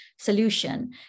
solution